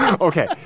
Okay